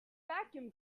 vacuum